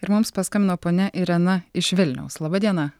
ir mums paskambino ponia irena iš vilniaus laba diena